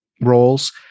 roles